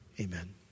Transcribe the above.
Amen